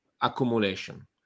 accumulation